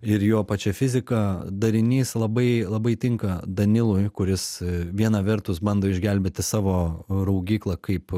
ir jo pačia fizika darinys labai labai tinka danilui kuris viena vertus bando išgelbėti savo raugyklą kaip